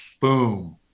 boom